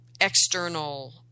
external